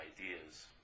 ideas